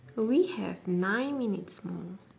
we have nine minutes more